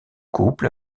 couple